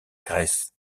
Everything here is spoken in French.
grèce